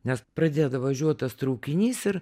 nes pradėda važiuot tas traukinys ir